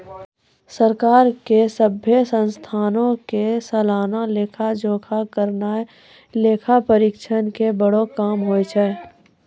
सरकार के सभ्भे संस्थानो के सलाना लेखा जोखा करनाय लेखा परीक्षक के बड़ो काम होय छै